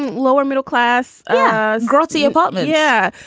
lower middle class grotty apartment. yeah.